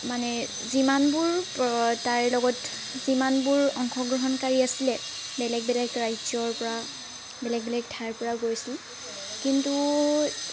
মানে যিমানবোৰ তাইৰ লগত যিমানবোৰ অংশগ্ৰহণকাৰী আছিলে বেলেগ বেলেগ ৰাজ্যৰপৰা বেলেগ বেলেগ ঠাইৰপৰা গৈছিল কিন্তু